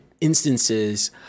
instances